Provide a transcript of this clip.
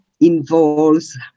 involves